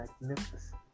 magnificent